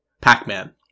pac-man